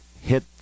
hit